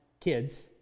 kids